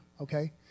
okay